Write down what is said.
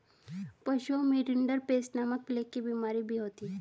पशुओं में रिंडरपेस्ट नामक प्लेग की बिमारी भी होती है